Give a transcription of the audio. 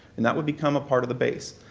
and that would become a part of the base.